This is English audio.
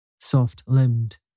soft-limbed